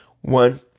One